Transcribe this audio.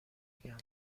بگم